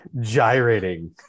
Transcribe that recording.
Gyrating